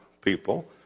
people